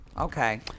Okay